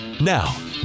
Now